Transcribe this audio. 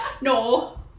no